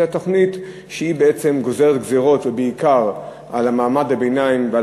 אלא תוכנית שגוזרת גזירות בעיקר על מעמד הביניים ועל